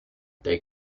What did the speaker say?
they